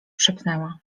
szepnęła